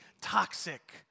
toxic